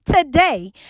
today